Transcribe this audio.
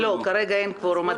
לא, כרגע אין קוורום.